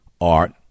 art